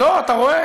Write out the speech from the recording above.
לא, אתה רואה?